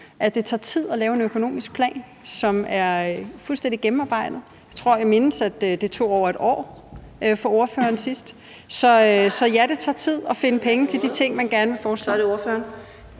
det tager tid at lave en økonomisk plan, som er fuldstændig gennemarbejdet. Jeg mindes, at det tog over et år for ordføreren sidst. Så ja, det tager tid at finde penge til de ting, man gerne vil foreslå.